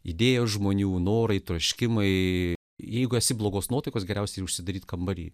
idėjos žmonių norai troškimai jeigu esi blogos nuotaikos geriausiai užsidaryti kambary